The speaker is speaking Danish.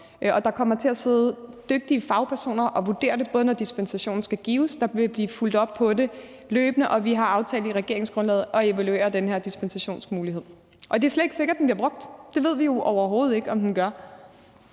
Der kommer til at sidde dygtige fagpersoner og vurdere det, når dispensationen skal gives, og der vil blive fulgt op på det løbende, og vi har aftalt i regeringsgrundlaget at evaluere den her dispensationsmulighed. Og det er slet ikke sikkert, den bliver brugt. Det ved vi jo overhovedet ikke om den gør.